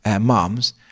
moms